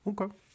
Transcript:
Okay